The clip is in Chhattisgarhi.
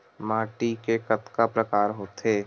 माटी के कतका प्रकार होथे?